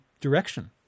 direction